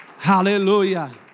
Hallelujah